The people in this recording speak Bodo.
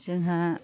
जोंहा